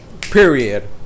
Period